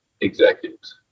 executives